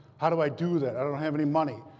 how do i do that? i don't have any money.